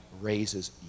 raises